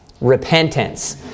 Repentance